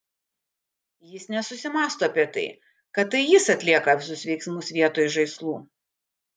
jis nesusimąsto apie tai kad tai jis atlieka visus veiksmus vietoj žaislų